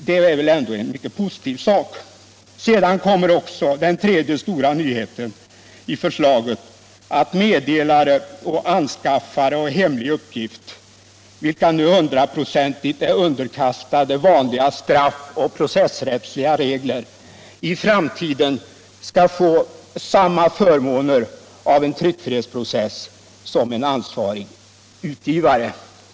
Det är väl också en mycket positiv sak. Den tredje stora nyheten i förslaget är att meddelare och anskaffare av hemlig uppgift, vilka nu är hundraprocentigt underkastade vanliga straffoch processrättsliga regler, i framtiden skall få samma förmåner av en tryckfrihetsprocess som en ansvarig utgivare.